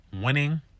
winning